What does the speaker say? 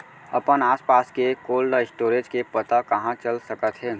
अपन आसपास के कोल्ड स्टोरेज के पता कहाँ चल सकत हे?